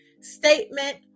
statement